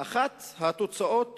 שאחת התוצאות